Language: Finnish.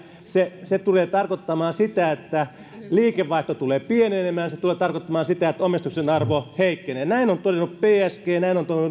se se tulee tarkoittamaan sitä että liikevaihto tulee pienenemään se tulee tarkoittamaan sitä että omistuksen arvo heikkenee näin on todennut bcg näin on